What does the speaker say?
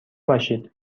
باشید